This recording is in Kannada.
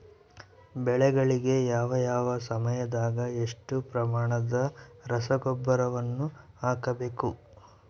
ಬೆಳೆಗಳಿಗೆ ಯಾವ ಯಾವ ಸಮಯದಾಗ ಎಷ್ಟು ಪ್ರಮಾಣದ ರಸಗೊಬ್ಬರವನ್ನು ಹಾಕಬೇಕು?